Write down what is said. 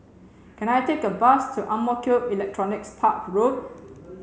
can I take a bus to Ang Mo Kio Electronics Park Road